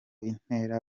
intera